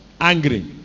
angry